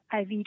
IV